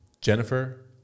Jennifer